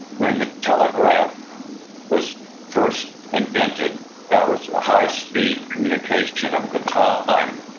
when the telegraph was first invented, that was a high-speed communication of the time.